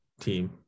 team